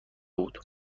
بود